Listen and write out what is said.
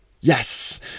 Yes